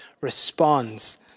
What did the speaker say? responds